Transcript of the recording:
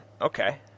Okay